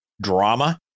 drama